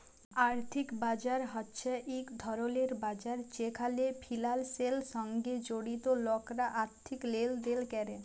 আর্থিক বাজার হছে ইক ধরলের বাজার যেখালে ফিলালসের সঙ্গে জড়িত লকরা আথ্থিক লেলদেল ক্যরে